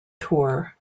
tour